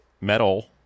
metal